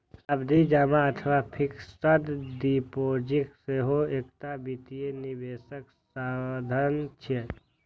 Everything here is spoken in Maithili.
सावधि जमा अथवा फिक्स्ड डिपोजिट सेहो एकटा वित्तीय निवेशक साधन छियै